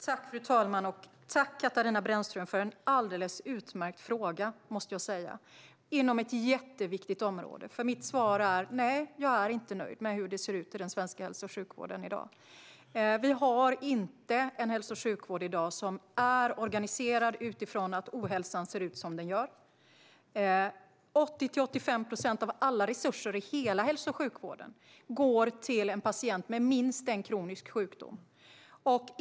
Fru talman! Tack, Katarina Brännström, för en alldeles utmärkt fråga inom ett jätteviktigt område! Mitt svar är: Nej, jag är inte nöjd med hur det ser ut i den svenska hälso och sjukvården i dag. Vi har inte en hälso och sjukvård i dag som är organiserad utifrån att ohälsan ser ut som den gör. 80-85 procent av alla resurser i hela hälso och sjukvården går till en patient med minst en kronisk sjukdom.